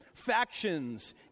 factions